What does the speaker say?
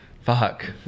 fuck